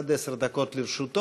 עד עשר דקות לרשותו.